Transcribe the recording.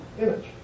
image